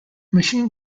machine